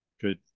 Good